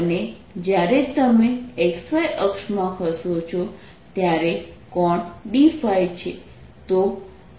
અને જ્યારે તમે xy અક્ષમાં ખસો છો ત્યારે કોણ dϕ છે